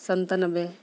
ᱥᱟᱱᱛᱟᱱᱚᱵᱵᱮᱭ